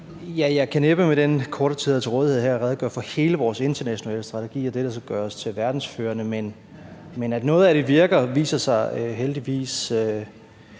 Jeg kan næppe med den korte tid, jeg har til rådighed her, redegøre for hele vores internationale strategi og det, der skal gøre os til verdensførende, men det viser sig heldigvis,